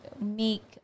make